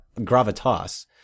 gravitas